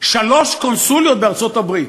שלוש קונסוליות בארצות-הברית.